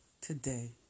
today